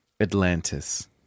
Atlantis